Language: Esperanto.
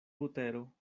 butero